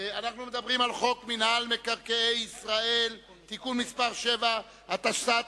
מינהל מקרקעי ישראל (תיקון מס' 7), התשס"ט